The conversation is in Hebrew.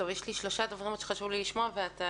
חה"כ